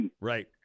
right